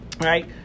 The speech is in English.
Right